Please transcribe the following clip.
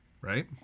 Right